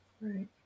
Right